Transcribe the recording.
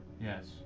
yes